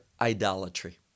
idolatry